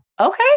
okay